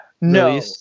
no